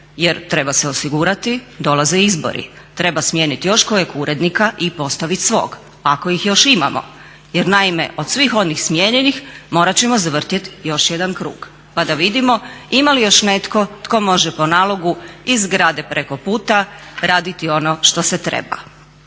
jer treba se osigurati dolaze izbori. Treba smijeniti još kojeg urednika i postaviti svog ako ih još imamo. Jer naime, od svih onih smijenjenih morat ćemo zavrtjeti još jedan krug, pa da vidimo ima li još netko tko može po nalogu iz zgrade preko puta raditi ono što se treba.